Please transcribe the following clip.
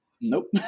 Nope